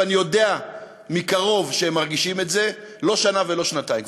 ואני יודע מקרוב שהם מרגישים את זה לא שנה ולא שנתיים,